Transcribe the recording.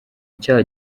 icyaha